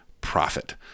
profit